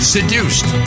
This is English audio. Seduced